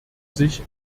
sich